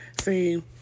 see